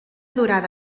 durada